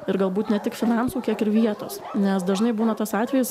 ir galbūt ne tik finansų kiek ir vietos nes dažnai būna tas atvejis